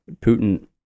putin